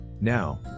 Now